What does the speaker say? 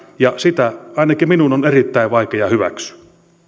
ja sitä ainakin minun on erittäin vaikea hyväksyä